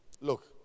look